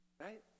Right